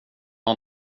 var